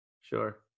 Sure